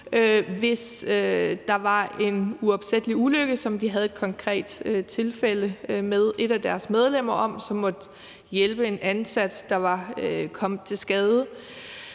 hvis der er en uopsættelig ulykke, sådan som de havde et konkret tilfælde med, hvor et af deres medlemmer måtte hjælpe en ansat, der var kommet til skade,